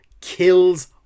kills